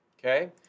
Okay